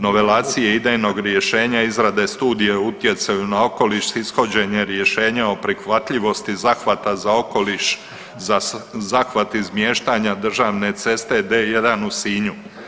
Novelacije idejnog rješenja izrade Studije utjecaja na okoliš sa ishođenjem rješenja o prihvatljivosti zahvata za okoliš za zahvat izmiještanja državne ceste D1 u Sinju.